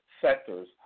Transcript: sectors